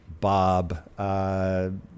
Bob